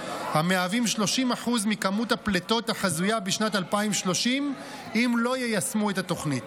המהווים 30% מכמות הפליטות החזויה בשנת 2030 אם לא יישמו את התוכנית.